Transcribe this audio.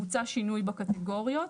בוצע שינוי בקטגוריות.